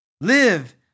Live